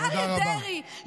ואריה דרעי,